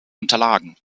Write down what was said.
unterlagen